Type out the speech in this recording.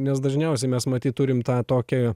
nes dažniausiai mes matyt turim tą tokį